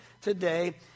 today